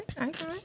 okay